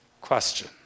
question